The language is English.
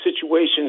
situations